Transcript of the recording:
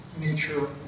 nature